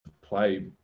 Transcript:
play